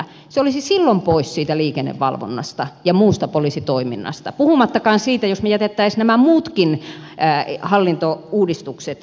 se olisi silloin pois siitä liikennevalvonnasta ja muusta poliisitoiminnasta puhumattakaan siitä jos me jättäisimme nämä muutkin hallintouudistukset tekemättä